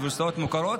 באוניברסיטאות מוכרות,